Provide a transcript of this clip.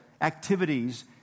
activities